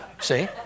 see